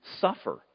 suffer